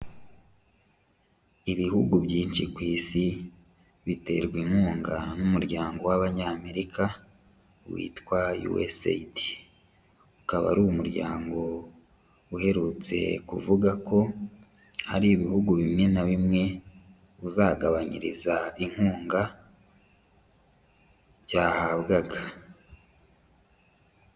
Ibihugu byinshi ku isi biterwa inkunga n'umuryango w'Abanyamerika witwa USAID. Ukaba ari umuryango uherutse kuvuga ko hari ibihugu bimwe na bimwe uzagabanyiriza inkunga byahabwaga.